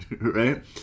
right